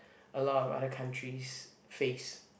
a lot of other countries face